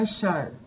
show